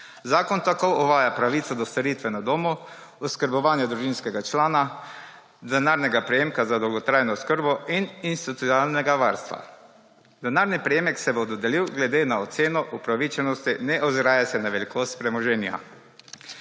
Zakon tako uvaja pravico do storitve na domu, oskrbovanje družinskega člana, denarnega prejemka za dolgotrajno oskrbo in institucionalnega varstva. Denarni prejemek se bo dodelil glede na oceno upravičenosti, ne oziraje se na velikost premoženja.